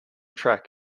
track